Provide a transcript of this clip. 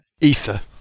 ether